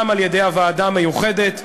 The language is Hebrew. גם על-ידי הוועדה המיוחדת,